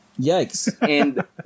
yikes